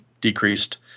decreased